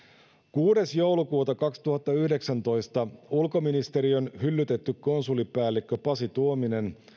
kuudes kahdettatoista kaksituhattayhdeksäntoista ulkoministeriön hyllytetty konsulipäällikkö pasi tuominen